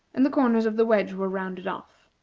and the corners of the wedge were rounded off.